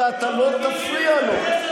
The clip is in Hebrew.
ואתה לא תפריע לו.